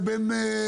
לבין,